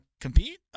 compete